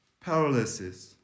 paralysis